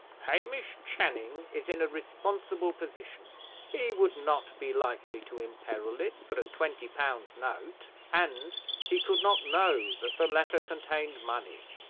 hamish channing is in a responsible position he would not be likely to emperil it for a twenty-pound note and he could not know that the letter contained money.